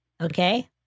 Okay